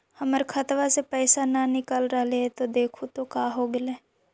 हमर खतवा से पैसा न निकल रहले हे देखु तो का होगेले?